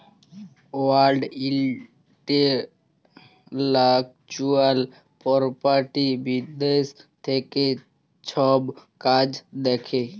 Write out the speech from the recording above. world intellectual property বিদ্যাশ থ্যাকে ছব কাজ দ্যাখে